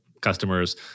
customers